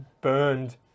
burned